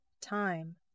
Time